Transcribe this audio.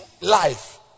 life